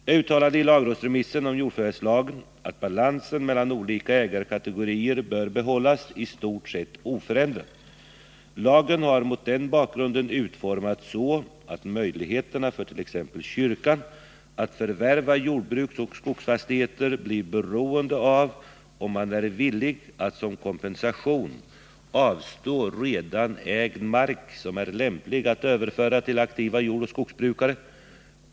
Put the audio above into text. Jag uttalade i lagrådsremissen om jordförvärvslagen att balansen mellan olika ägarkategorier bör behållas i stort sett oförändrad. Lagen har mot den bakgrunden utformats så att möjligheterna för t.ex. kyrkan att förvärva jordbruksoch skogsfastigheter blir beroende av om man är villig att som kompensation avstå redan ägd mark som är lämplig att överföra till aktiva jordoch skogsbrukare.